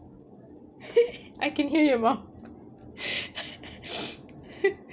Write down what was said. I can hear your mum